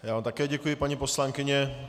Já vám také děkuji, paní poslankyně.